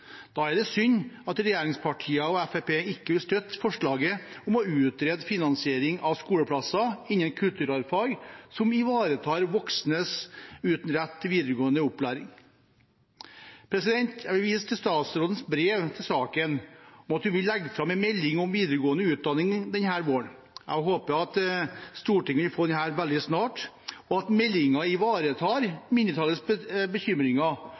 Da er det synd at regjeringspartiene og Fremskrittspartiet ikke vil støtte forslaget om å utrede finansiering av skoleplasser innen kulturarvfag som ivaretar voksne uten rett til videregående opplæring. Jeg vil vise til statsrådens brev til saken og til at hun vil legge fram en melding om videregående utdanning denne våren. Jeg håper at Stortinget vil få denne veldig snart, og at meldingen ivaretar mindretallets bekymringer